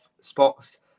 spots